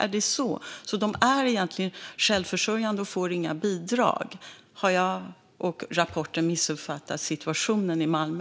Är de egentligen självförsörjande och får inga bidrag? Har jag och rapporten missuppfattat situationen i Malmö?